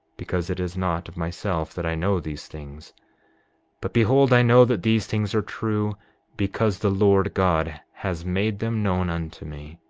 because it is not of myself that i know these things but behold, i know that these things are true because the lord god has made them known unto me,